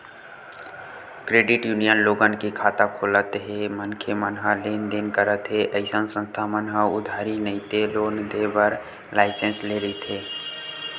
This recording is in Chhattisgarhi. क्रेडिट यूनियन लोगन के खाता खोलत हे मनखे मन ह लेन देन करत हे अइसन संस्था मन ह उधारी नइते लोन देय बर लाइसेंस लेय रहिथे